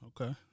Okay